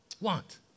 want